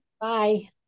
Bye